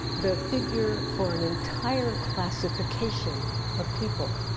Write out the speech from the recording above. the figure for an entire classification of people.